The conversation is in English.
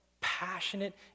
passionate